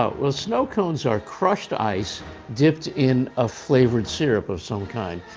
but well, snow cones are crushed ice dipped in a flavored syrup of some kind.